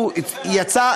אני זוכר.